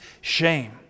shame